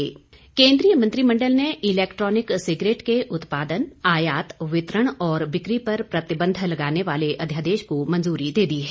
प्रतिबंध केन्द्रीय मंत्रिमंडल ने इलेक्ट्रॉनिक सिगरेट के उत्पादन आयात वितरण और बिक्री पर प्रतिबंध लगाने वाले अध्यादेशको मंजूरी दे दी है